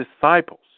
disciples